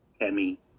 Emmy